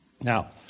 Now